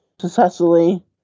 successfully